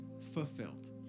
fulfilled